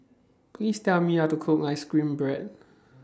Please Tell Me How to Cook Ice Cream Bread